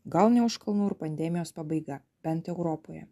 gal ne už kalnų ir pandemijos pabaiga bent europoje